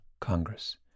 Congress